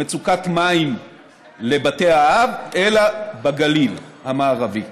מצוקת מים לבתי האב אלא בגליל המערבי,